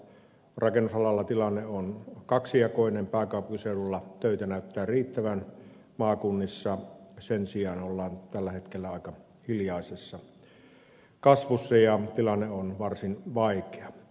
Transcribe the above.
rakennusalalla tilanne on kaksijakoinen pääkaupunkiseudulla töitä näyttää riittävän maakunnissa sen sijaan ollaan tällä hetkellä aika hiljaisessa kasvussa ja tilanne on varsin vaikea